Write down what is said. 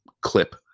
clip